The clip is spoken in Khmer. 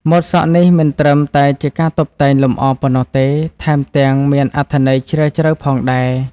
ម៉ូដសក់នេះមិនត្រឹមតែជាការតុបតែងលម្អប៉ុណ្ណោះទេ ថែមទាំងមានអត្ថន័យជ្រាលជ្រៅផងដែរ។